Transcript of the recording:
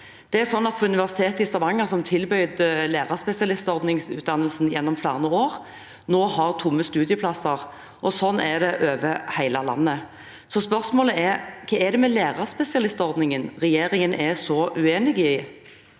Universitetet i Stavanger, som tilbød en lærerspesialistutdannelse gjennom flere år, har nå tomme studieplasser, og sånn er det over hele landet. Så spørsmålet er: Hva er det med lærerspesialistordningen regjeringen er så uenig i?